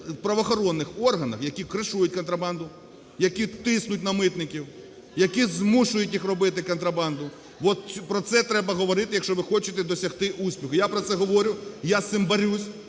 правоохоронних органах, які "кришують" контрабанду, які тиснуть на митників, які змушують їх робити контрабанду. От про це треба говорити, якщо ви хочете досягти успіхи. Я про це говорю, я з цим борюся,